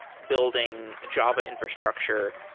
building java infrastructure,